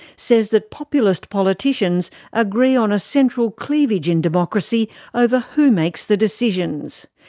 says that populist politicians agree on a central cleavage in democracy over who makes the decisions.